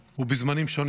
בזמנים שונים: